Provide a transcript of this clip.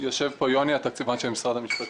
יושב פה יוני, התקציבן של משרד המשפטים.